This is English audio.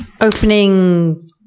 Opening